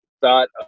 thought